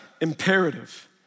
imperative